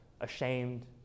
ashamed